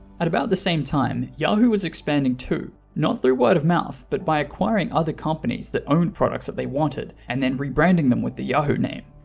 at about the same time, yahoo was expanding too, not through word of mouth but by acquiring other companies that owned products that they wanted and then rebranding them with the yahoo name.